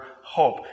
hope